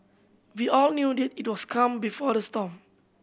we all knew that it was the calm before the storm